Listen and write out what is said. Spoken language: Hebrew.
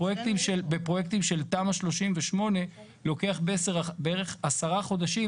בפרויקטים של תמ"א 38 לוקח בערך עשרה חודשים